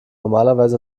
normalerweise